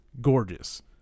gorgeous